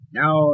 now